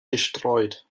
gestreut